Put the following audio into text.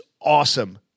awesome